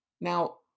Now